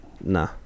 Nah